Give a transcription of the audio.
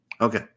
Okay